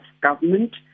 government